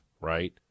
right